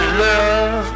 love